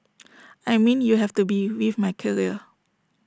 I mean you have to be with my career